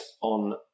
on